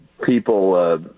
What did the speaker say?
people